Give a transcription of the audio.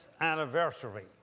anniversary